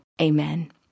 Amen